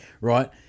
right